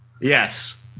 yes